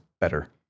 better